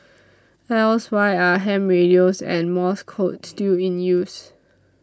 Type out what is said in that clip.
else why are ham radios and Morse code still in use